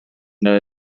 that